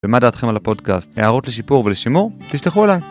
ומה דעתכם על הפודקאסט, הערות לשיפור ולשימור, תשלחו אליי.